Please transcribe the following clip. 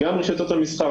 גם רשתות המסחר,